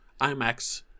IMAX